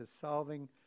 solving